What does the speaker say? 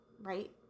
right